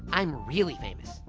i'm really famous.